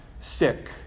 sick